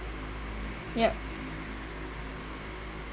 yup